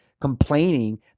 complaining